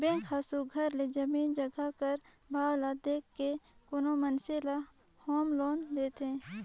bank हर सुग्घर ले जमीन जगहा कर भाव ल देख के कोनो मइनसे ल होम लोन देथे